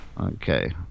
Okay